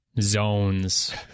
zones